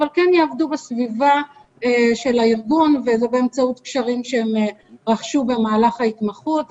אבל כן יעבדו בסביבה של הארגון ובאמצעות קשרים שהם רכשו במהלך ההתמחות.